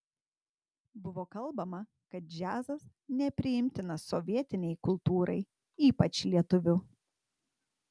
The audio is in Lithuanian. buvo kalbama kad džiazas nepriimtinas sovietinei kultūrai ypač lietuvių